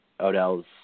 odell's